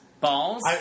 Balls